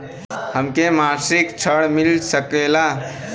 हमके मासिक ऋण मिल सकेला?